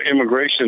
immigration